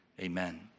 Amen